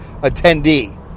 attendee